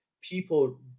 People